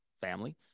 family